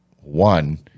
One